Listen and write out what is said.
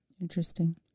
interesting